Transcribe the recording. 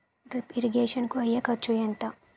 Drip irrigation కూ అయ్యే ఖర్చు ఎంత?